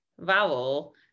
vowel